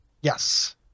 Yes